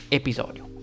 episodio